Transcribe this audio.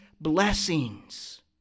blessings